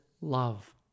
love